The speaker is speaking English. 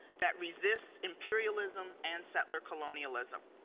that resists imperialism and settler colonialism.